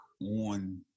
on